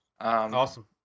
Awesome